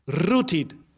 rooted